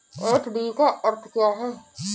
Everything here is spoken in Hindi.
एफ.डी का अर्थ क्या है?